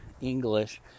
english